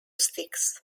styx